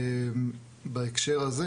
בהקשר הזה,